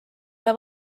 ole